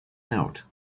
out